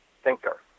thinker